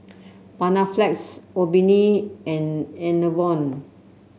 Panaflex Obimin and Enervon